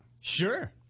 Sure